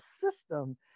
system